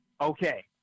Okay